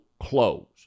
Close